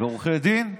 ועורכי דין.